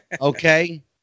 Okay